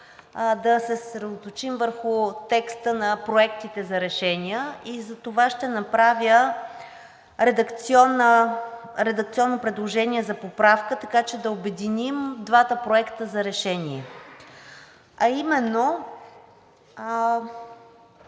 да се съсредоточим върху текста на проектите за решения и затова ще направя редакционно предложение за поправка, така че да обединим двата проекта за решение, а именно: